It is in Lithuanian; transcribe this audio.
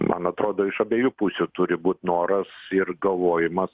man atrodo iš abiejų pusių turi būt noras ir galvojimas